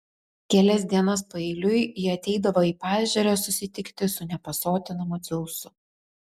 kelias dienas paeiliui ji ateidavo į paežerę susitikti su nepasotinamu dzeusu